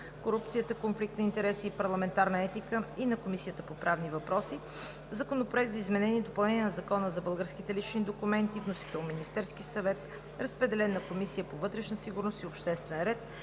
корупцията, конфликт на интереси и парламентарна етика и на Комисията по правни въпроси. Законопроект за изменение и допълнение на Закона за българските лични документи. Вносител е Министерският съвет. Разпределен е на Комисията по вътрешна сигурност и обществен ред.